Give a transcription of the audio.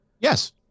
Yes